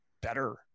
better